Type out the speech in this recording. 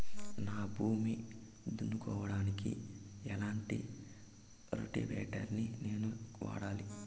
నా భూమి దున్నుకోవడానికి ఎట్లాంటి రోటివేటర్ ని నేను వాడాలి?